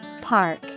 Park